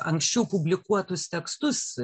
anksčiau publikuotus tekstus